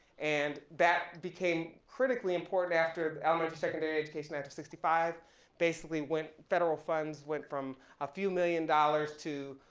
and that became critically important after the elementary secondary education act of sixty five basically when federal funds went from a few million dollars to